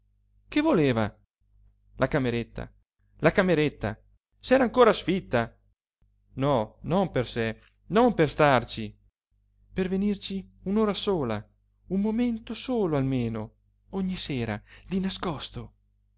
che voleva la cameretta la cameretta se era ancora sfitta no non per sé non per starci per venirci un'ora sola un momento solo almeno ogni sera di nascosto